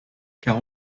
car